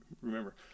Remember